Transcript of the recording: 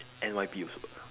N_Y_P also